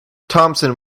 thompson